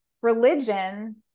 religion